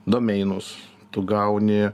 domeinus tu gauni